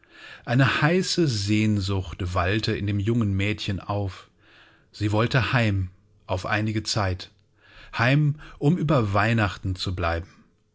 eine heiße sehnsucht wallte in dem jungen mädchen auf sie wollte heim auf einige zeit heim um über weihnachten zu bleiben